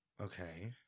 Okay